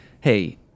Hey